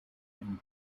and